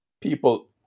people